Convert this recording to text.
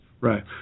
Right